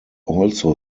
also